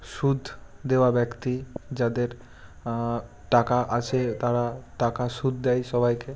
সুদ দেওয়া ব্যক্তি যাদের টাকা আছে তারা টাকা সুদ দেয় সবাইকে